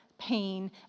pain